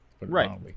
Right